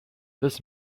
this